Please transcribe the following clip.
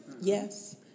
yes